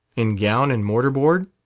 in gown and mortar-board?